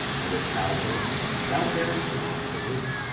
but if thou boast, thou bearest not the root,